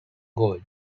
gold